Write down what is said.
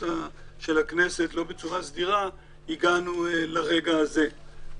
של הכנסת בצורה לא סדירה הגענו לרגע הזה.